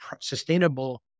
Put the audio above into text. sustainable